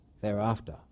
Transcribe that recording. thereafter